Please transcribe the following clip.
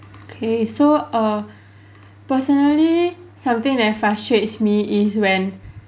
okay so err personally something that frustrates me is when